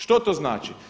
Što to znači?